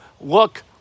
Look